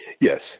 Yes